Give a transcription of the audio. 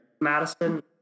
Madison